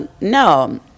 No